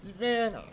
Man